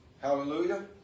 Hallelujah